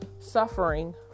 suffering